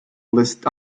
list